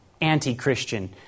anti-christian